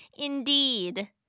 indeed